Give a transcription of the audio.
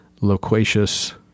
loquacious